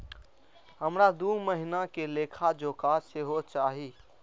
हमरा दूय महीना के लेखा जोखा सेहो चाही